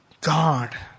God